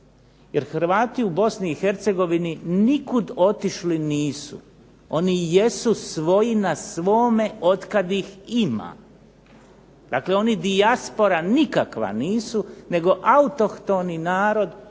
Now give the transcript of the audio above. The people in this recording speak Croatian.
Jer HRvati u Bosni i Hercegovini nikud otišli nisu. Oni jesu svoj na svome od kada ih ima. Dakle, oni dijaspora nikakva nisu nego autohtoni narod